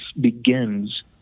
begins